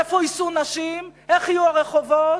איפה יישאו נשים, איך יהיו הרחובות.